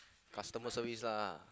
customer service lah